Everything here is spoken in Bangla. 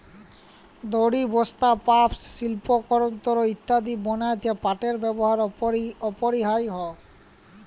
দড়ি, বস্তা, পাপস, সিল্পকরমঅ ইত্যাদি বনাত্যে পাটের ব্যেবহার অপরিহারয অ